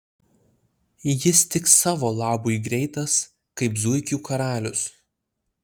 jis tik savo labui greitas kaip zuikių karalius